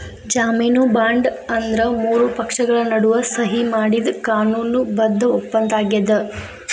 ಜಾಮೇನು ಬಾಂಡ್ ಅಂದ್ರ ಮೂರು ಪಕ್ಷಗಳ ನಡುವ ಸಹಿ ಮಾಡಿದ ಕಾನೂನು ಬದ್ಧ ಒಪ್ಪಂದಾಗ್ಯದ